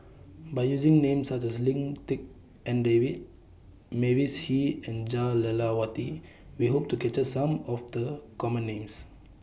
By using Names such as Lim Tik En David Mavis Hee and Jah Lelawati We Hope to capture Some of The Common Names